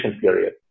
period